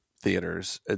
Theaters